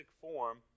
form